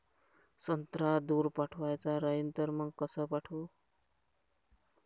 संत्रा दूर पाठवायचा राहिन तर मंग कस पाठवू?